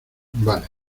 vale